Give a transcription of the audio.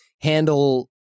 handle